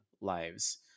lives